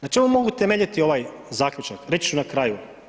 Na čemu mogu temeljiti ovaj zaključak, reći ću na kraju.